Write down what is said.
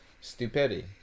stupidity